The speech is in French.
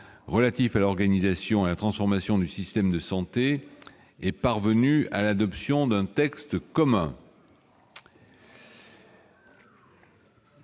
relatif à l'organisation et à la transformation du système de santé est parvenue à l'adoption d'un texte commun.